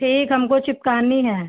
ठीक हमको चिपकानी है